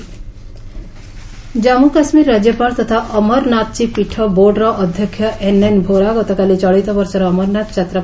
ଅମରନାଥ ଯାତ୍ରା ଜନ୍ମୁ କାଶ୍ମୀର ରାଜ୍ୟପାଳ ତଥା ଅମରନାଥଜୀ ପୀଠ ବୋର୍ଡ଼ର ଅଧ୍ୟକ୍ଷ ଏନ୍ ଏନ୍ ଭୋରା ଗତକାଲି ଚଳିତ ବର୍ଷର ଅମରନାଥ ଯାତ୍